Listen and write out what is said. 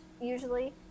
usually